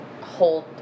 hold